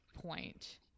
point